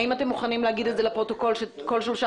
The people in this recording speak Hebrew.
האם אתם מוכנים להגיד לפרוטוקול שכל שלושה